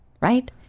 right